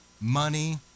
money